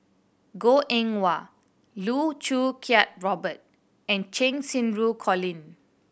Goh Eng Wah Loh Choo Kiat Robert and Cheng Xinru Colin